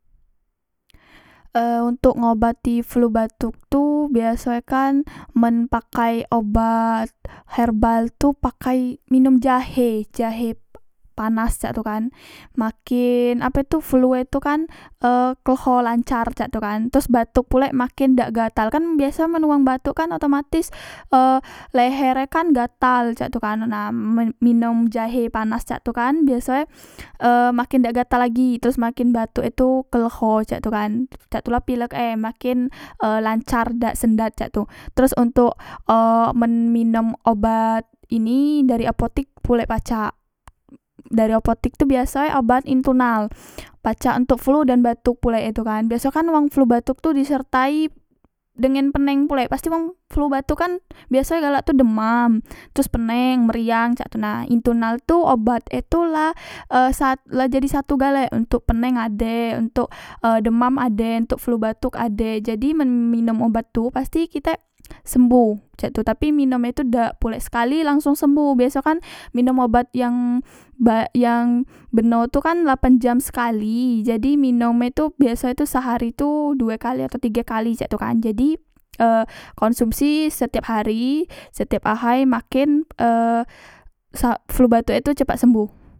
E untok ngobati flu batok tu biaso e kan amen pakai obat herbal tu pakai minum jahe jahe panas cak tu kan maken ape e tu flue tu kan e kleho lancar cak tu kan teros batok tu pulek maken dak gatal kan biaso men wang batok kan otomatis e leher e kan gatal cak tu kan nah men minom jahe panas tu kan biasoe e maken dak gatal lagi teros makin batok e tu kleho cek tu kan cak tula pilek e maken lancar dak sendat cak tu teros ontok e men minom obat ini darek apotek pulek pacak dari apotek tu biasoe obat intunal pacak ontok flu dan batuk pulek itu kan biasoe kan wong flu batuk tu disertai dengan peneng pulek pasti wong flu batuk kan biasoe galak tu demam terus peneng meriang cak tu na intunal tu obat e tu la e sat la jadi satu galek ontok peneng ade ontok demam ade untuk flu batuk ade jadi men minom obat tu pasti kitek sembuh cak tu tapi minum e tu dak pulek sekali langsong sembuh biasoe kan minom obat yang bak yang beno tu kan lapan jam sekali jadi minom r tu biasoe tu sehari tu due kali atau tige kali cak tu kan jadi e konsmusi setiap hari setiap ahay maken e sak flu batok e tu cepat sembuh